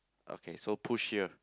okay so push here